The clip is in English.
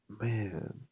Man